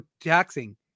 taxing